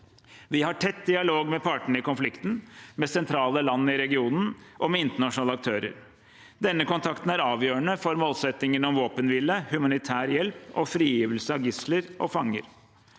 Vi har tett dialog med partene i konflikten, med sentrale land i regionen og med internasjonale aktører. Denne kontakten er avgjørende for målsettingen om våpenhvile, humanitær hjelp og frigivelse av gisler og fanger.